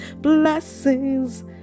blessings